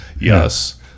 Yes